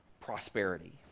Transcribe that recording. prosperity